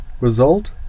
Result